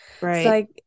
Right